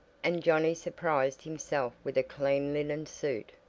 and johnnie surprised himself with a clean linen suit.